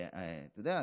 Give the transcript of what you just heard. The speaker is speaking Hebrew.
אתה יודע,